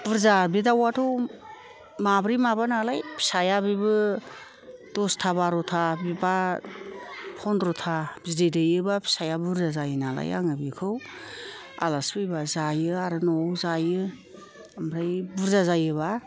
बुरजा बे दावाथ' माब्रै माबा नालाय फिसाया बेबो दसथा बार'था बा फन्द्र'था बिदै दैयोबा फिसाया बुरजा जायो नालाय आङो बिखौ आलासि फैबा जायो आरो न'आव जायो ओमफ्राय बुरजा जायोबा